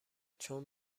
چون